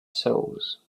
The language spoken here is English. souls